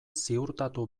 ziurtatu